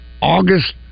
August